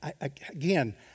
again